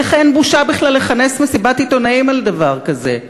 איך אין בושה בכלל לכנס מסיבת עיתונאים על דבר כזה?